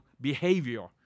behavior